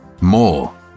More